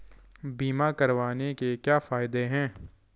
बीमा करवाने के क्या फायदे हैं?